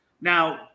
Now